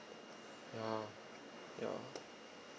ya ya